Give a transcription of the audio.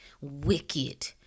wicked